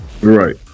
Right